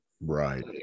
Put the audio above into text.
Right